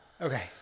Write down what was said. Okay